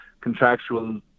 contractual